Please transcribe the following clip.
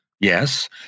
yes